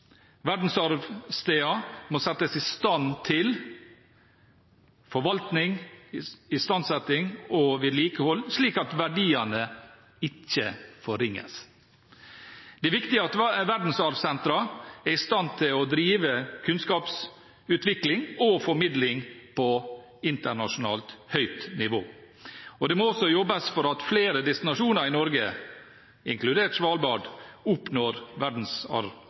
må settes i stand til forvaltning, istandsetting og vedlikehold, slik at verdiene ikke forringes. Det er viktig at verdensarvsentrene er i stand til å drive kunnskapsutvikling og formidling på internasjonalt høyt nivå. Det må også jobbes for at flere destinasjoner i Norge, inkludert Svalbard, oppnår